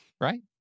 right